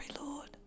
Lord